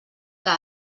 que